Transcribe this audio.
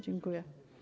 Dziękuję.